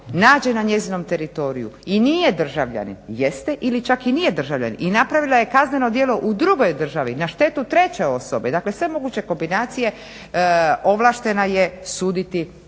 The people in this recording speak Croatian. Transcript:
nađe na njezinom teritoriju i nije državljanin, jeste ili čak i nije državljanin i napravila je kazneno djelo u drugoj državi na štetu treće osobe dakle sve moguće kombinacije, ovlaštena je suditi